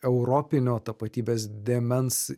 europinio tapatybės dėmens